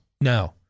No